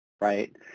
right